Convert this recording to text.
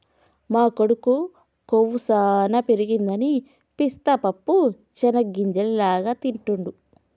మా కొడుకు కొవ్వు సానా పెరగదని పిస్తా పప్పు చేనిగ్గింజల లాగా తింటిడు